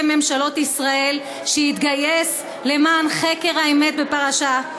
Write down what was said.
ממשלות ישראל שהתגייס למען חקר האמת בפרשה.